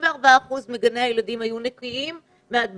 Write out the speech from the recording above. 94 אחוזים מגני הילדים היו נקיים מהדבקה